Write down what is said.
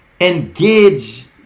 Engage